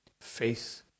faith